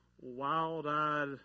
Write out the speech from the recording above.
wild-eyed